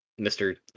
Mr